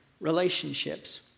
relationships